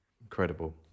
incredible